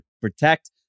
protect